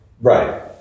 Right